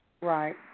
Right